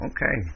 Okay